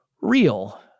real